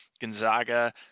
Gonzaga